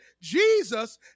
Jesus